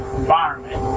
environment